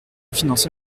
financer